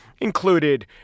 included